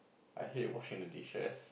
I hate washing the dishes